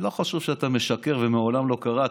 לא חשוב שאתה משקר ומעולם לא קרה,